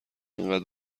انقد